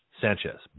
Sanchez